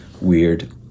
weird